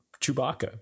chewbacca